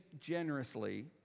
generously